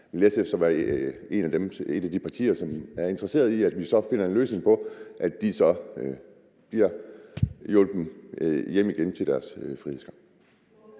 – og være et af de partier, som er interesseret i, at vi finder en løsning på det, så de bliver hjulpet hjem igen til deres frihedskamp?